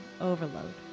overload